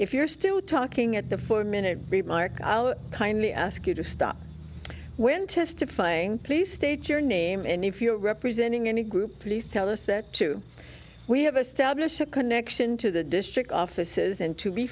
if you're still talking at the four minute remark i will kindly ask you to stop when testifying please state your name and if you are representing any group please tell us that two we have established a connection to the district offices and to be